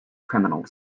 criminals